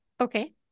Okay